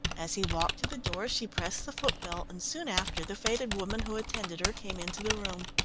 as he walked to the door, she pressed the footbell, and soon after the faded woman who attended her came into the room.